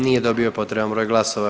Nije dobio potreban broj glasova.